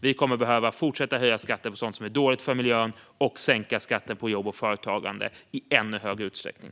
Vi kommer att behöva fortsätta höja skatten på sådant som är dåligt för miljön och sänka skatten på jobb och företagande i ännu större utsträckning.